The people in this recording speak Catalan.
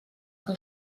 que